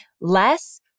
less